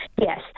Yes